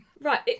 Right